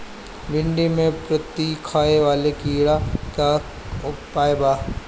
भिन्डी में पत्ति खाये वाले किड़ा के का उपाय बा?